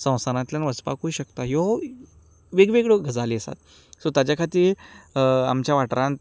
संवसारांतल्यान वचपाकूय शकता ह्यो वेगवेगळ्यो गजाली आसात सो ताचे खातीर आमच्या वाठारांत